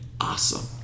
awesome